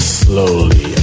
slowly